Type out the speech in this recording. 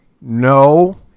no